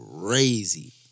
crazy